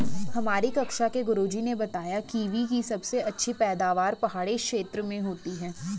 हमारी कक्षा के गुरुजी ने बताया कीवी की सबसे अधिक पैदावार पहाड़ी क्षेत्र में होती है